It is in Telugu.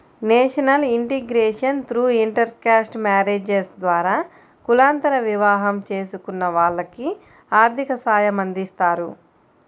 national integration through intercaste marriages ద్వారా కులాంతర వివాహం చేసుకున్న వాళ్లకి ఆర్థిక సాయమందిస్తారు